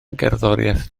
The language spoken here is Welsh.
gerddoriaeth